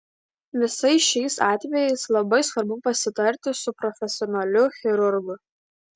visais šiais atvejais labai svarbu pasitarti su profesionaliu chirurgu